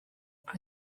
are